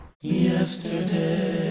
yesterday